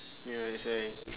ya that's why